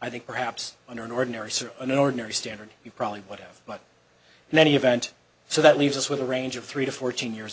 i think perhaps under an ordinary sort of an ordinary standard you probably would have but many event so that leaves us with a range of three to fourteen years